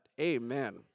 Amen